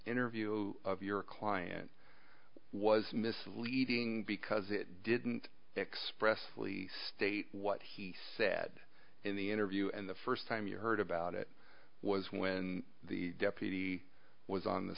interview of your client was misleading because it didn't express fully state what he said in the interview and the first time you heard about it was when the deputy was on the